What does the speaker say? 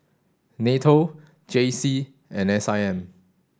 NATO J C and S I M